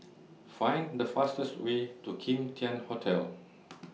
Find The fastest Way to Kim Tian Hotel